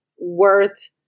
worth